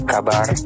Kabar